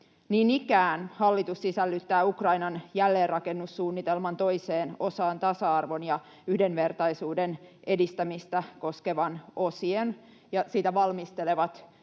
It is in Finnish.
Niin ikään hallitus sisällyttää Ukrainan jälleenrakennussuunnitelman toiseen osaan tasa-arvon ja yhdenvertaisuuden edistämistä koskevan osion, ja sitä valmistelevat yhdessä